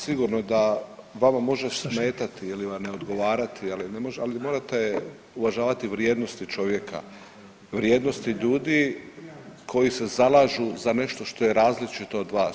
Sigurno da vama može smetati ili vam ne odgovarati, ali morate uvažavati vrijednosti čovjeka, vrijednosti ljudi koji se zalažu za nešto što je različito od vas.